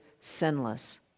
sinless